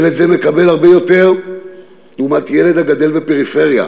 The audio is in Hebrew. ילד זה מקבל הרבה יותר לעומת ילד הגדל בפריפריה,